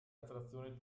attrazione